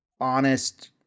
honest